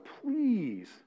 please